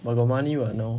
but got money [what] now